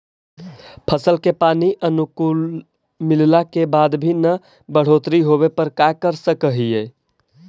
फसल के पानी अनुकुल मिलला के बाद भी न बढ़ोतरी होवे पर का कर सक हिय?